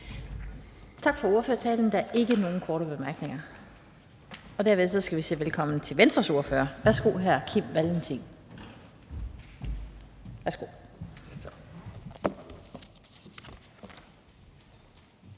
Tak for ordførertalen. Der er ikke nogen korte bemærkninger. Derefter skal vi sige velkommen til Venstres ordfører. Værsgo til hr. Kim Valentin. 5